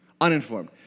Uninformed